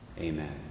Amen